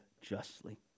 justly